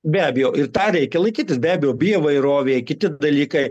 be abejo ir tą reikia laikytis be abejo bioįvairovė kiti dalykai